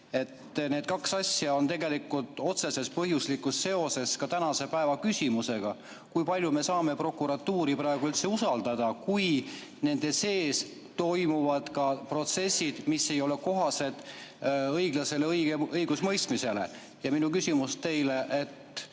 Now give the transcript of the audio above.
Need kaks asja on tegelikult otseses põhjuslikus seoses ka tänase päevaküsimusega, kui palju me saame prokuratuuri praegu üldse usaldada, kui seal sees toimuvad protsessid, mis ei ole kohased õiglasele õigusemõistmisele. Minu küsimus teile on: